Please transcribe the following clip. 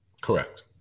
Correct